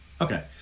Okay